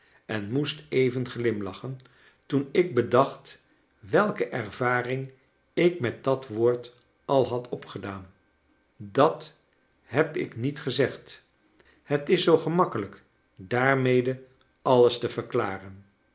en moest even glimlachen toen ik bedacht welke ervaring ik met dat woord al had opgedaan dat heb ik niet gezegd het is zoo gemakkelijk daarmede alles te verklaxen